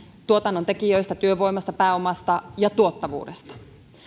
tuotannon tekijöistä työvoimasta pääomasta ja tuottavuudesta